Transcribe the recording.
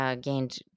gained